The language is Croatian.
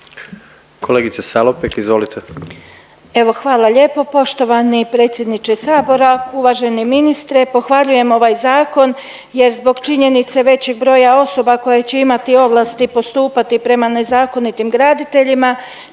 Kolegice Salopek, izvolite.